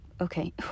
Okay